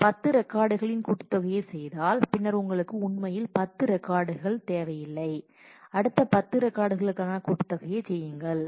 இந்த 10 ரெக்கார்ட்களின் கூட்டுத்தொகையைச் செய்தால் பின்னர் உங்களுக்கு உண்மையில் இந்த 10 ரெக்கார்ட்கள் தேவையில்லை அடுத்த 10 ரெக்கார்ட்களுக்கான கூட்டுத்தொகையை செய்யுங்கள்